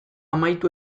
amaitu